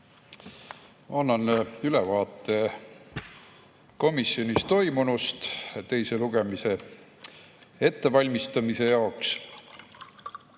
Annan ülevaate komisjonis toimunust teise lugemise ettevalmistamise jaoks. Teise